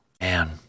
Man